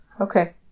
Okay